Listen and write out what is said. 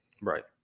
Right